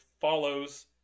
follows